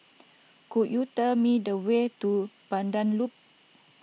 could you tell me the way to Pandan Loop